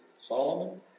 Solomon